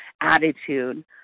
attitude